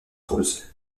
rose